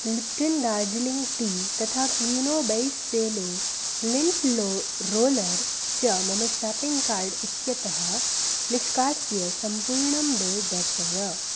Lipton Darjeeling tea तथा Kleeno by Cello lint लो roller च मम शाप्पिङ्ग् कार्ट् इत्यतः निष्कास्य सम्पूर्णं बिल् दर्शय